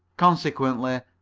consequently,